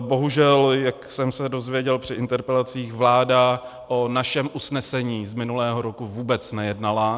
Bohužel, jak jsem se dozvěděl při interpelacích, vláda o našem usnesení z minulého roku vůbec nejednala.